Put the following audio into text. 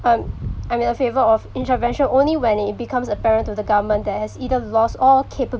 um I'm in favor of intervention only when it becomes apparent to the government that has either lost all capab~